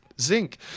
zinc